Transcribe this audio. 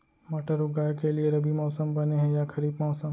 मटर उगाए के लिए रबि मौसम बने हे या खरीफ मौसम?